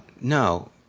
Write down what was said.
No